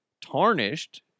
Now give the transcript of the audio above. tarnished